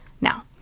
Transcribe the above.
Now